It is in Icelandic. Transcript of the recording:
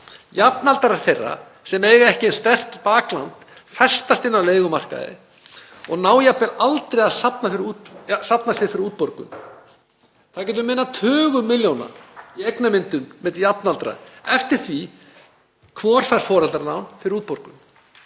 Jafnaldrar þeirra sem eiga ekki eins sterkt bakland festast á leigumarkaði og ná jafnvel aldrei að safna sér fyrir útborgun. Það getur munað tugum milljóna króna í eignamyndun milli jafnaldra eftir því hvor fær foreldralán fyrir útborgun.